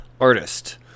Artist